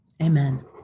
Amen